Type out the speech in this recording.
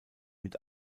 mit